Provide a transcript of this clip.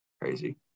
Crazy